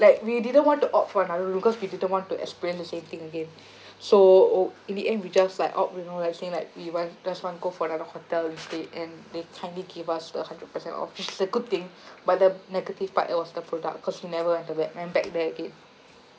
like we didn't want to opt for another room cause we didn't want to explain the same thing again so o~ in the end we just like out you know like saying like we want just want go for another hotel and stay and they kindly give us a hundred percent off which is a good thing but the negative part it was the product cause we never enter back went back there again